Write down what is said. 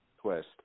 twist